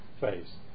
phase